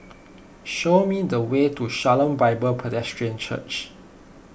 show me the way to Shalom Bible Presbyterian Church